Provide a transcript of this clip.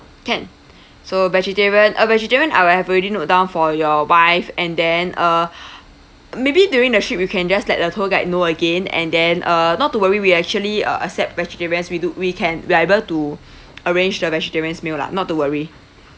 can so vegetarian uh vegetarian I have already note down for your wife and then uh maybe during the trip you can just let the tour guide know again and then uh not to worry we actually uh accept vegetarians we do we can we're able to arrange the vegetarian meal lah not to worry